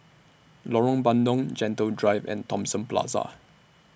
Lorong Bandang Gentle Drive and Thomson Plaza